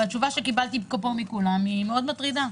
התשובה שקיבלתי פה מכולם מאוד מטרידה,